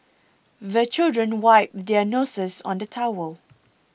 the children wipe their noses on the towel